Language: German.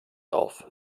auf